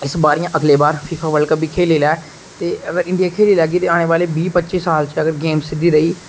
इस बारी जां अगली बार फीफा बल्ड कप बी खेली लै ते अगर इंडिया खेली लेगी तां अग्गै आने आहली बीह् पंजी साल च गेम सिद्धी रेही